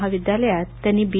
महाविद्यालयात त्यांनी बी